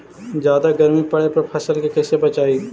जादा गर्मी पड़े पर फसल के कैसे बचाई?